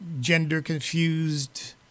gender-confused